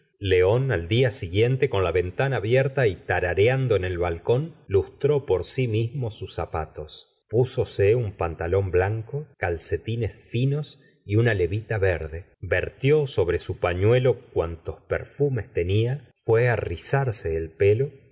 león al día siguiente con la ventana abierta y tarareando en el balcón lustró por sí mismo sus zapatos púsose un pantalón blanco calcetines finos y una levita verde vertió sobre su pañuelo cuantos perfumes tenia fué á rizarse el pelo